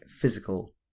physical